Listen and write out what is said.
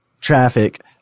traffic